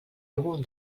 algun